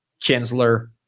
Kinsler